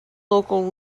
local